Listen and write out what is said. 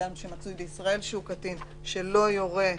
אדם שמצוי בישראל שהוא קטין "לא יורה...